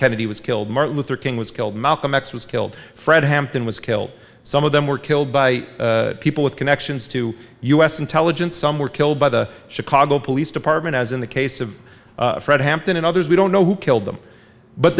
kennedy was killed martin luther king was killed malcolm x was killed fred hampton was killed some of them were killed by people with connections to u s intelligence some were killed by the chicago police department as in the case of fred hampton and others we don't know who killed them but